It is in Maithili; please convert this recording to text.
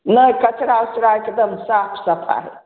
नय कचड़ा ओचड़ाके एकदम साफ सफाइ